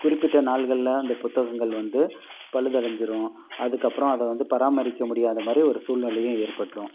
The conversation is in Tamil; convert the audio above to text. குறிப்பிட்ட நாள்களில் அந்த புத்தகங்கள் வந்து பழுதடைஞ்சுடும் அதுக்கப்புறம் அதை வந்து பராமரிக்க முடியாத மாதிரியும் ஒரு சூழ்நிலை ஏற்பட்டுடும்